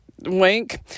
Wink